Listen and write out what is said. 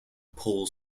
paul